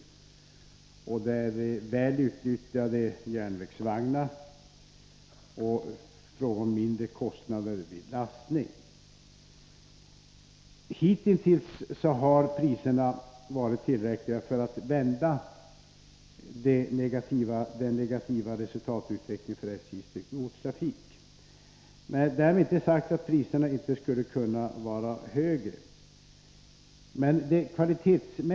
Det är fråga om väl utnyttjade järnvägsvagnar och mindre kostnader vid lastning. Hittills har priserna varit tillräckliga för att vända den negativa resultatutvecklingen för SJ:s styckegodstrafik. Därmed är inte sagt att priserna inte skulle kunna vara högre.